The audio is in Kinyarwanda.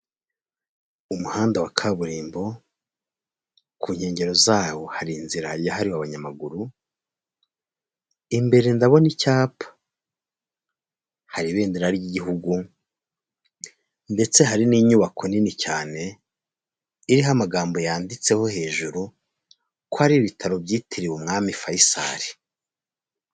Umuhanda wa kaburimbo ku nkengero zawo hari inzira yahariwe abanyamaguru, imbere ndabona icyapa, hari ibendera ry'igihugu ndetse hari n'inyubako nini cyane, iriho amagambo yanditseho hejuru, ko ari ibitaro byitiriwe umwami Faisal.